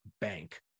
bank